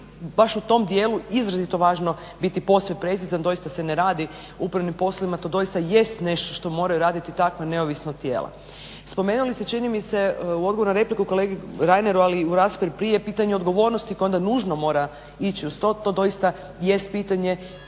baš u tom dijelu izrazito važno biti posve precizan. Doista se ne radi o upravnim poslovima. To doista jest nešto što moraju raditi takva neovisna tijela. Spomenuli ste čini mi se u odgovoru na repliku kolegi Reineru, ali i u raspravi prije pitanje odgovornosti koje onda nužno mora ići uz to. To doista jest pitanje